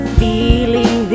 feeling